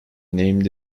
named